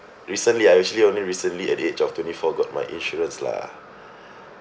recently I actually only recently at the age of twenty four got my insurance lah